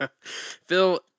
Phil